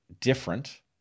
different